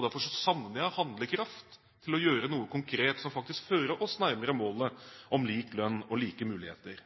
Derfor savner jeg handlekraft til å gjøre noe konkret som faktisk fører oss nærmere målene om lik lønn og like muligheter.